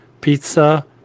pizza